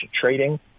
trading